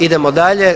Idemo dalje.